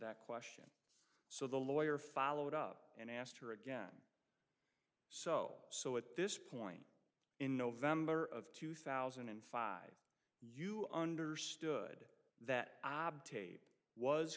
that question so the lawyer followed up and asked her again so so at this point in november of two thousand and five you understood that obtuse was